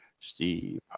Steve